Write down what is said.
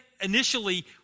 initially